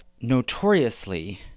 notoriously